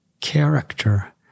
character